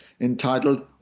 entitled